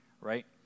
right